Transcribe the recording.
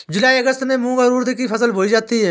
जूलाई अगस्त में मूंग और उर्द की फसल बोई जाती है